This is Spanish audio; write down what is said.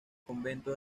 convento